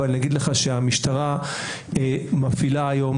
אבל אני אגיד לך שהמשטרה מפעילה היום